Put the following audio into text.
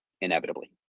inevitably